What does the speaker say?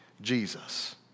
Jesus